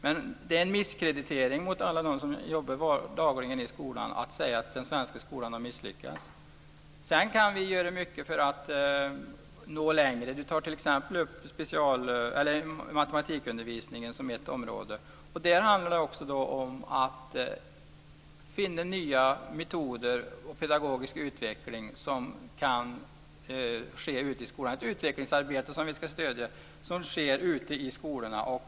Men det är en misskreditering av alla dem som jobbar dagligen i skolan att säga att den svenska skolan har misslyckats. Sedan kan vi göra mycket för att nå längre. Tomas Högström tar t.ex. upp matematikundervisningen som ett område. Det handlar också om att finna nya metoder och en pedagogisk utveckling som kan ske ute i skolan. Det är ett utvecklingsarbete som vi ska stödja och som sker ute i skolorna.